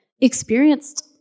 experienced